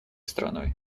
страной